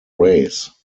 race